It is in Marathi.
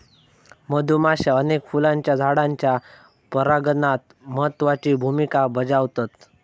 मधुमाश्या अनेक फुलांच्या झाडांच्या परागणात महत्त्वाची भुमिका बजावतत